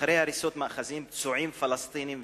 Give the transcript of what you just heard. אחרי הריסות מאחזים, פצועים פלסטינים והצתות.